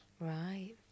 Right